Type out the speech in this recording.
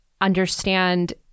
understand